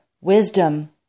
Wisdom